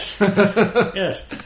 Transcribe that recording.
Yes